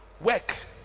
work